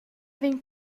vegn